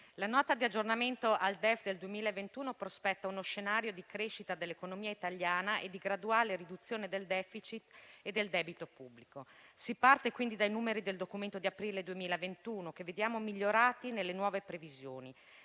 la Nota di aggiornamento al DEF del 2021 prospetta uno scenario di crescita dell'economia italiana e di graduale riduzione del *deficit* e del debito pubblico. Si parte quindi dai numeri del Documento di aprile 2021, che vediamo migliorati nelle nuove previsioni.